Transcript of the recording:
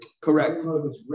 Correct